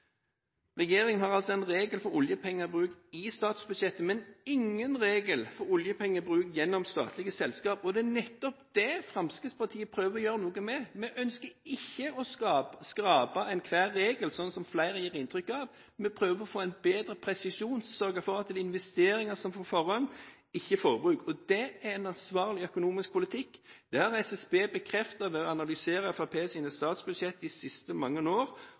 Regjeringen har altså en regel for oljepengebruk i statsbudsjettet, men ingen regel for oljepengebruk gjennom statlige selskaper, og det er nettopp det Fremskrittspartiet prøver å gjøre noe med. Vi ønsker ikke å skrape enhver regel, slik flere har gitt inntrykk av. Vi prøver å få en bedre presisjon, sørge for at det er investeringer som får forrang – ikke forbruk – og det er en ansvarlig økonomisk politikk. Dette har SSB bekreftet ved å analysere Fremskrittspartiets statsbudsjetter i mange år, og de